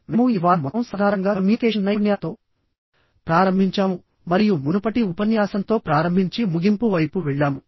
మేము ఈ వారం మొత్తం సాధారణంగా కమ్యూనికేషన్ నైపుణ్యాలతో ప్రారంభించాము మరియు మునుపటి ఉపన్యాసంతో ప్రారంభించి ముగింపు వైపు వెళ్ళాము